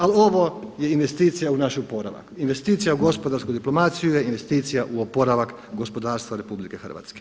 Ali ovo je investicija u naš oporavak, investicija u gospodarsku diplomaciju je investicija u oporavak gospodarstva RH.